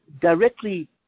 directly